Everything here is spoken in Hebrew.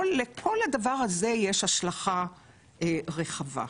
לכל הדבר הזה יש השלכה רחבה.